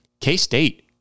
K-State